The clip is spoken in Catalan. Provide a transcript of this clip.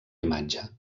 imatge